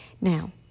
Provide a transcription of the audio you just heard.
Now